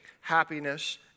happiness